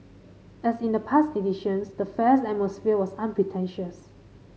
as in the past editions the Fair's atmosphere was unpretentious